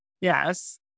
Yes